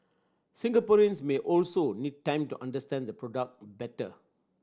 Singaporeans may also need time to understand the product better